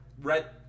red